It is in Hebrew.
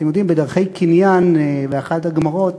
אתם יודעים, בדרכי קניין, באחת הגמרות,